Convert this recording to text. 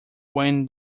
when